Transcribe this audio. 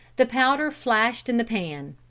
the powder flashed in the pan.